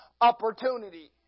opportunity